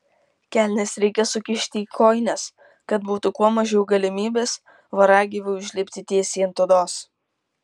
kelnes reikia sukišti į kojines kad būtų kuo mažiau galimybės voragyviui užlipti tiesiai ant odos